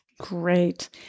Great